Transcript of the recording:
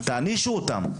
תענישו אותם,